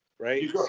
Right